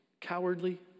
cowardly